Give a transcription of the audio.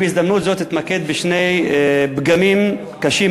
בהזדמנות זו אני אתמקד בשני פגמים קשים